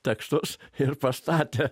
tekstus ir pastatė